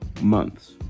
months